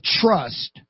trust